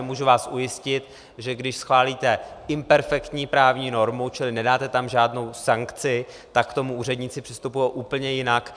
Můžu vás ujistit, že když schválíte imperfektní právní normu, čili nedáte tam žádnou sankci, tak k tomu úředníci přistupují úplně jinak.